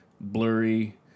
blurry